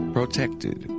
Protected